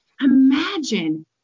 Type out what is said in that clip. Imagine